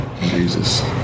Jesus